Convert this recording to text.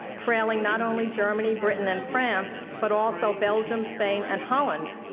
trailing not only germany, britain, and france, but also belgium, spain, and holland,